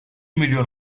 milyon